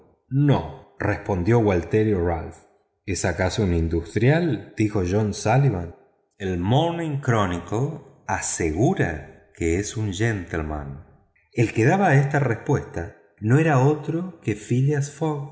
no respondió gualterio ralph es acaso un industrial dijo john sullivan el morning chronicle asegura que es un gentlemen el que daba esta respuesta no era otro que